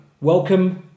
Welcome